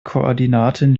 koordinaten